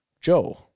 Joe